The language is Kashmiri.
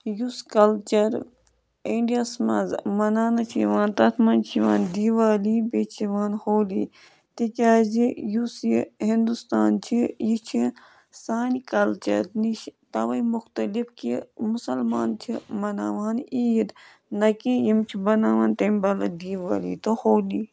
یُس کَلچَر اِنڈیاہَس منٛز مَناونہٕ چھِ یِوان تَتھ منٛز چھِ یِوان دیٖوالی بیٚیہِ چھِ یِوان ہولی تِکیٛازِ یُس یہِ ہِندوستان چھِ یہِ چھِ سانہِ کَلچَر نِش تَوَے مُختلِف کہِ مُسلمان چھِ مَناوان عیٖد نہ کہِ یِم چھِ بَناوان تمہِ بَلہٕ دیٖوٲلی تہٕ ہولی